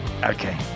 Okay